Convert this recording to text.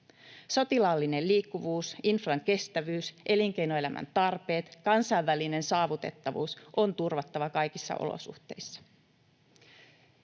Sotilaallinen liikkuvuus, infran kestävyys, elinkeinoelämän tarpeet ja kansainvälinen saavutettavuus on turvattava kaikissa olosuhteissa.